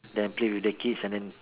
then play with the kids and then